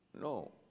No